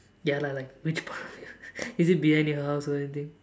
ya lah like like a part is it behind your house or anything